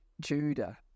Judah